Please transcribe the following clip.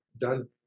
done